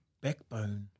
backbone